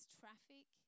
traffic